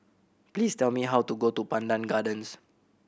please tell me how to go to Pandan Gardens